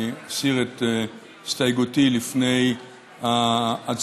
אני אסיר הסתייגותי לפני ההצבעה.